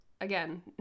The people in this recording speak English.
Again